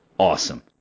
awesome